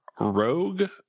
Rogue